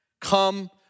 come